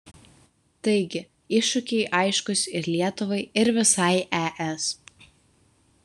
taigi iššūkiai aiškūs ir lietuvai ir visai es